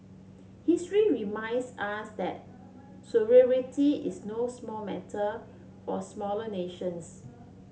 history reminds us that sovereignty is no small matter for smaller nations